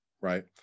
Right